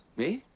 me?